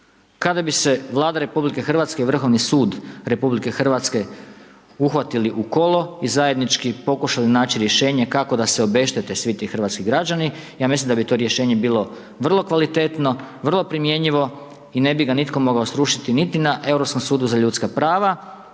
Kada bi se Vlada RH i Vrhovni sud RH uhvatili u kolo i zajednički pokušali naći rješenje kako da se obeštete svi ti hrvatski građani, ja mislim da bi to rješenje bilo vrlo kvalitetno, vrlo primjenjivo i ne bi ga nitko mogao srušiti niti na Europskom sudu za ljudska prava,